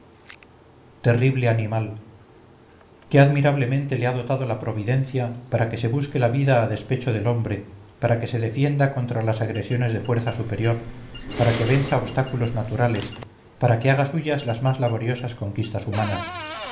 terrible animal qué admirablemente le ha dotado la providencia para que se busque la vida a despecho del hombre para que se defienda contra las agresiones de fuerza superior para que venza obstáculos naturales para que haga suyas las más laboriosas conquistas humanas